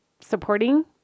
supporting